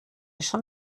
schon